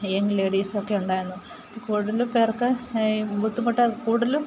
young ലേഡീസൊക്കെ ഉണ്ടായിരുന്നു അപ്പോൾ കൂടുതൽ പേർക്ക് ബുദ്ധിമുട്ട് കൂടുതലും